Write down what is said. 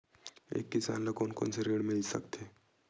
एक किसान ल कोन कोन से ऋण मिल सकथे?